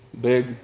big